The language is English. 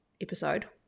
episode